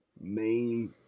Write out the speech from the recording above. main